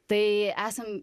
tai esam